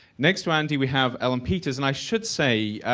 next to andy we have ellen peters, and i should say,